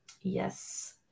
yes